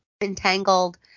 entangled